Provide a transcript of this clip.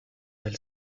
elle